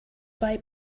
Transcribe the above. why